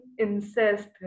incest